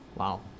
Wow